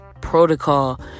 protocol